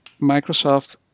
Microsoft